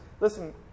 listen